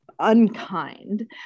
unkind